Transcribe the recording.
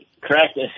correct